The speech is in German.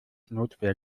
notwehr